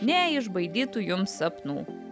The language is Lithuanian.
neišbaidytų jums sapnų